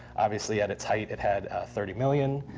obviously, at its height it had thirty million.